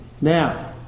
Now